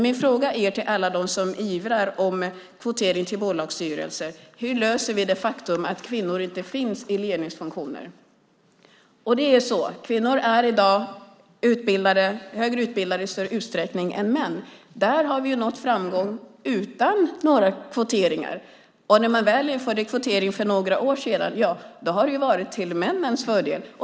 Min fråga till alla dem som ivrar om kvotering till bolagsstyrelser är: Hur löser vi det faktum att kvinnor inte finns i ledningsfunktioner? Kvinnor är i dag i större utsträckning högre utbildade än män. Där har vi nått framgång utan kvotering. När man väl införde kvotering för några år sedan blev det till männens fördel.